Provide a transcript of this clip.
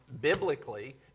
biblically